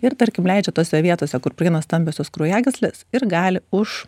ir tarkim leidžia tose vietose kur praeina stambiosios kraujagyslės ir gali už